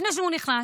לפני שהוא נכנס.